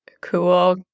cool